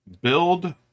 Build